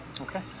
Okay